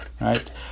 right